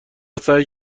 سعی